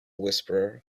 whisperer